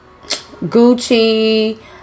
gucci